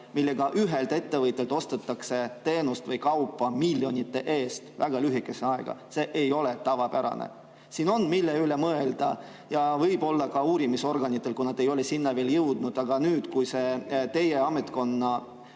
millega ühelt ettevõtjalt ostetakse teenust või kaupa miljonite eest väga lühikese ajaga. See ei ole tavapärane. Siin on, mille üle mõelda, ja võib olla ka uurimisorganitel, kui nad ei ole sinna veel jõudnud. Aga nüüd, kui see teie ametkonna